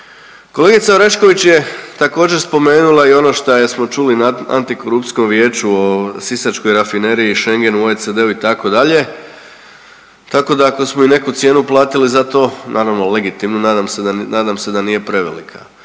Kolegica Orešković je također spomenula i ono šta jesmo čuli na antikorupcijskom vijeću o sisačkoj rafineriji, Schengenu, OECD-u itd., tako da ako smo i neku cijenu platili za to, naravno legitimno nadam se da, nadam se da nije prevelika.